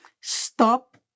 stop